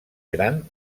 gran